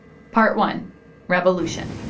part one revolution